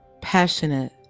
passionate